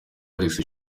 alexis